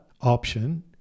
option